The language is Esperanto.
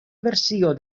versio